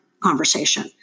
Conversation